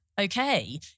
okay